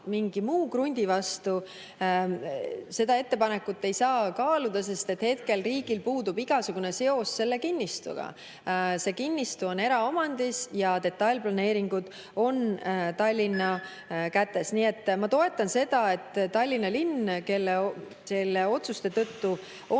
mingi muu krundi vastu, ei saa kaaluda, sest hetkel riigil puudub igasugune seos selle kinnistuga. See kinnistu on eraomandis ja detailplaneeringud on Tallinna kätes. Nii et ma toetan seda, et Tallinna linn, kelle otsuste tõttu on